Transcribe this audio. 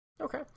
Okay